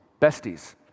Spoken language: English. besties